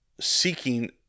seeking